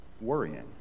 worrying